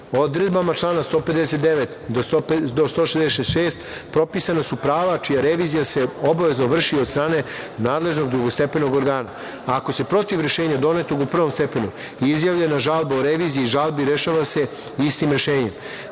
Beograda. Odredbama člana 159. do 166. propisana su prava čija se revizija obavezno vrši od strane nadležnog drugostepenog organa. Ako je protiv rešenja donetog u prvom stepenu izjavljena žalba u reviziji žalbi rešava se istim rešenjem.